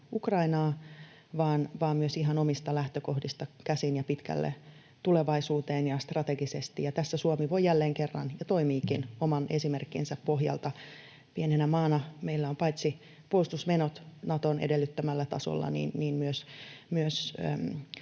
vaan myös ihan omista lähtökohdista käsin ja pitkälle tulevaisuuteen ja strategisesti. Tässä Suomi voi jälleen kerran toimia ja toimiikin oman esimerkkinsä pohjalta pienenä maana. Meillä paitsi puolustusmenot ovat Naton edellyttämällä tasolla myös